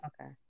Okay